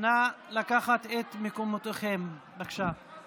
נא לשבת במקומותיכם, בבקשה.